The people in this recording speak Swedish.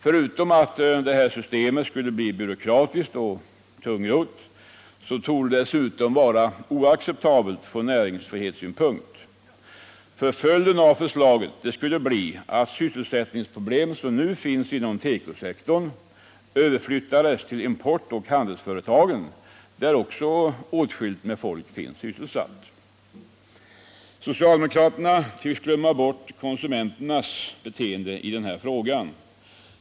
Förutom att det systemet skulle bli byråkratiskt och tungrott torde det också vara oacceptabelt från näringsfrihetssynpunkt. Följden av förslaget skulle bli att de sysselsättningsproblem som nu finns inom tekosektorn överflyttades till importoch handelsföretagen, där också åtskilligt med folk finns sysselsatt. Socialdemokraterna tycks glömma bort konsumenternas beteende i denna fråga.